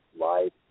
life